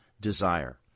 desire